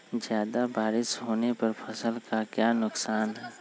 ज्यादा बारिस होने पर फसल का क्या नुकसान है?